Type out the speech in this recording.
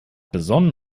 besonnen